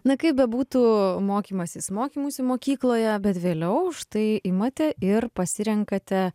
na kaip bebūtų mokymasis mokymusi mokykloje bet vėliau už tai imate ir pasirenkate